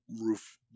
roof